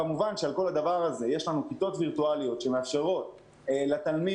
יש לנו כיתות וירטואליות שמאפשרות לתלמיד